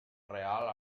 real